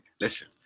listen